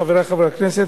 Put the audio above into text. חברי חברי הכנסת,